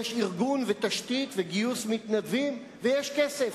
יש ארגון ותשתית וגיוס מתנדבים, ויש כסף,